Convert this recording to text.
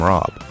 Rob